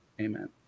amen